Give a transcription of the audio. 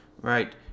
right